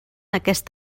aquest